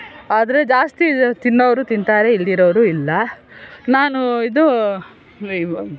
ಆದರೆ ಜಾಸ್ತಿ ತಿನ್ನೋವ್ರು ತಿಂತಾರೆ ಇಲ್ದಿರೋರು ಇಲ್ಲ ನಾನು ಇದು